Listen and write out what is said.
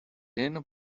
tin